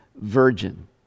virgin